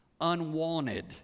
unwanted